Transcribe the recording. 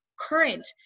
current